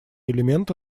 элементы